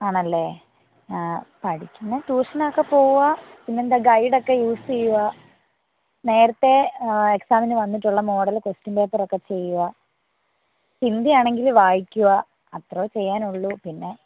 ആണല്ലേ പഠിക്കുന്നത് ട്യൂഷനൊക്കെ പോവുക പിന്നെ എന്താണ് ഗൈഡ് ഒക്കെ യൂസ് ചെയ്യുക നേരത്തെ എക്സാമിന് വന്നിട്ടുള്ള മോഡൽ ക്വസ്റ്റ്യൻ പേപ്പർ ഒക്കെ ചെയ്യുക ഹിന്ദി ആണെങ്കിൽ വായിക്കുക അത്രയേ ചെയ്യാനുള്ളൂ പിന്നെ